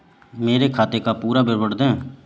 मेरे खाते का पुरा विवरण दे?